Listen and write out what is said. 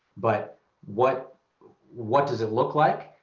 but what what does it look like?